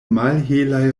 malhelaj